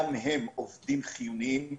גם הם עובדים חיוניים.